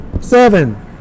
seven